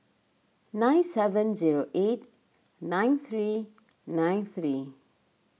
nine seven zero eight nine three nine three